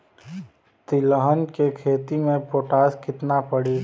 तिलहन के खेती मे पोटास कितना पड़ी?